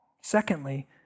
Secondly